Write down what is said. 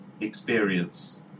experience